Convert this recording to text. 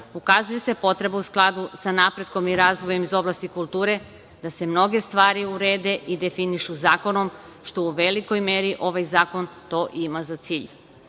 ukazuje se potreba u skladu sa napretkom i razvojem iz oblasti kulture, da se mnoge stvari urede i definišu zakonom, što u velikoj meri ovaj zakon to ima za cilj.